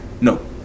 no